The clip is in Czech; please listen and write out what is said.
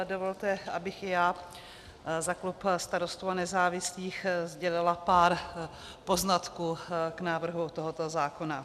Dovolte, abych i já za klub Starostů a nezávislých sdělila pár poznatků k návrhu tohoto zákona.